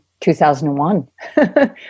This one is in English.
2001